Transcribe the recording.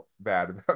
bad